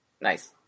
Nice